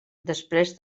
després